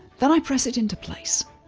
then i press it into place.